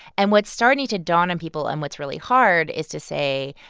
and what's starting to dawn on people and what's really hard is to say,